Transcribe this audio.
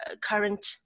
current